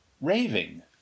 raving